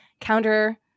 counter